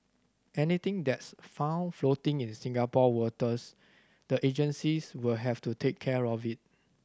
anything that's found floating in Singapore waters the agencies will have to take care of it